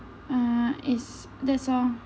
ah is that's all